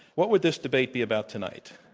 what would this debate be about tonight?